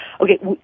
Okay